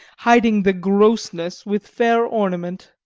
hiding the grossness with fair ornament?